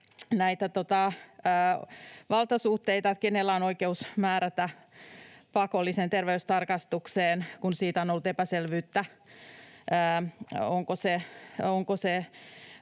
näitä valtasuhteita, kenellä on oikeus määrätä pakolliseen terveystarkastukseen, kun siitä on ollut epäselvyyttä, onko se